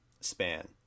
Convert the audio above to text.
span